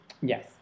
Yes